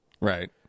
Right